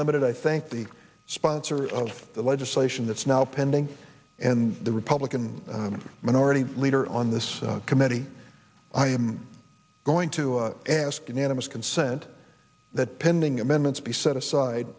limited i think the sponsor of the legislation that's now pending and the republican minority leader on this committee i am going to ask unanimous consent that pending amendments be set aside